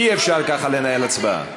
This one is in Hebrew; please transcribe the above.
אי-אפשר ככה לנהל הצבעה.